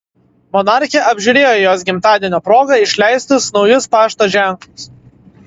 monarchė apžiūrėjo jos gimtadienio proga išleistus naujus pašto ženklus